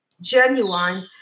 genuine